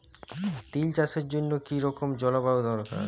তিল চাষের জন্য কি রকম জলবায়ু দরকার?